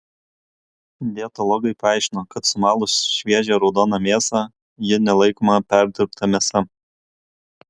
dietologai paaiškino kad sumalus šviežią raudoną mėsą ji nelaikoma perdirbta mėsa